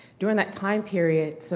during that time period, so,